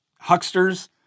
hucksters